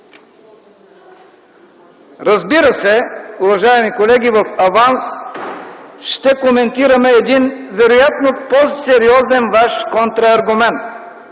Разбира се, уважаеми колеги, в аванс ще коментираме един вероятно по-сериозен ваш контрааргумент